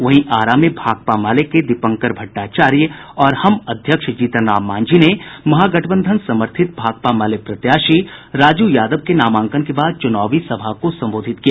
वहीं आरा में भाकपा माले के दीपंकर भट्टाचार्य और हम अध्यक्ष जीतनराम मांझी ने महागठबंधन समर्थित भाकपा माले प्रत्याशी राजू यादव के नामांकन के बाद चुनावी सभा को संबोधित किया